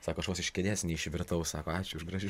sako aš vos iš kėdės neišvirtau sako ačiū už gražių